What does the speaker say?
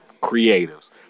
creatives